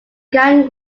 gang